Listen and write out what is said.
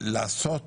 לעשות